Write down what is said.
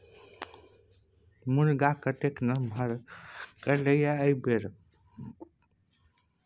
मुनगा कतेक नमहर फरलै ये एहिबेर